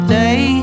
day